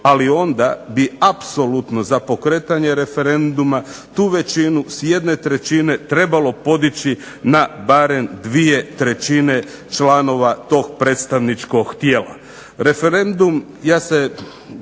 ali onda bi apsolutno za pokretanje referenduma tu većinu s 1/3 trebalo podići na barem 2/3 članova tog predstavničkog tijela. Referendum, ja se